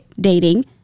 dating